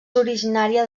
originària